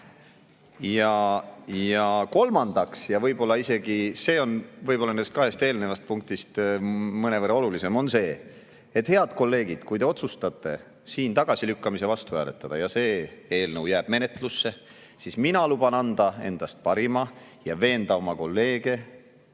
Ja kolmandaks – võib-olla on see isegi kahest eelnevast punktist mõnevõrra olulisem –, head kolleegid, kui te otsustate tagasilükkamise vastu hääletada ja see eelnõu jääb menetlusse, siis mina luban anda endast parima ja veenda oma kolleege,